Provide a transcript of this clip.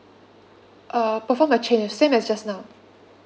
uh perform a change same as just now